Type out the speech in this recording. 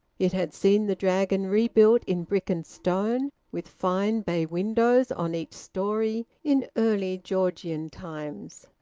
it had seen the dragon rebuilt in brick and stone, with fine bay windows on each storey, in early georgian times,